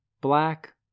Black